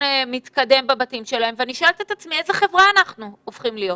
בבתים שלהם ואני שואלת את עצמי: איזו חברה אנחנו הופכים להיות?